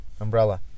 Umbrella